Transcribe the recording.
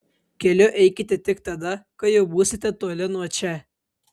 keliu eikite tik tada kai jau būsite toli nuo čia